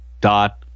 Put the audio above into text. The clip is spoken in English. dot